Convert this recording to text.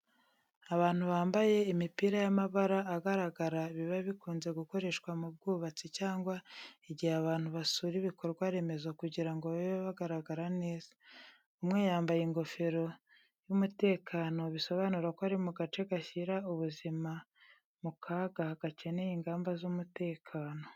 Abantu bambaye imipira y’amabara agaragara biba bikunze gukoreshwa mu bwubatsi cyangwa igihe abantu basura ibikorwa remezo kugira ngo babe bagaragara neza. Umwe yambaye ingofero y’umutekano bisobanura ko ari mu gace gashyira ubuzima mu kaga gakeneye ingamba z’umutekano.